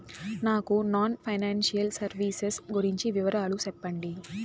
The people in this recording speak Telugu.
నాకు నాన్ ఫైనాన్సియల్ సర్వీసెస్ గురించి వివరాలు సెప్పండి?